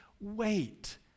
wait